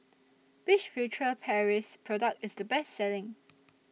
Which Furtere Paris Product IS The Best Selling